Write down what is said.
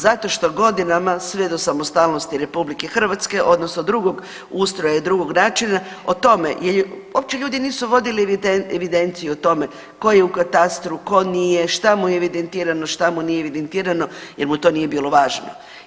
Zato što godinama sve do samostalnosti RH odnosno drugog ustroja i drugog načina o tome uopće ljudi nisu vodili evidenciju o tome tko je u katastru, tko nije, šta mu je evidentirano, šta mu nije evidentirano jer mu to nije bilo važno.